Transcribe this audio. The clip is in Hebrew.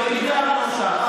וקידמנו אותה.